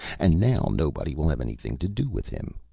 and now nobody will have anything to do with him.